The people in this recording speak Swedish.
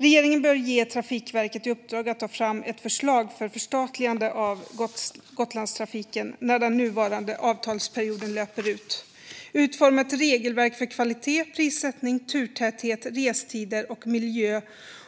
Regeringen bör ge Trafikverket i uppdrag att ta fram ett förslag för förstatligande av Gotlandstrafiken när den nuvarande avtalsperioden löper ut och att utforma ett regelverk för kvalitet, prissättning, turtäthet, restider och miljö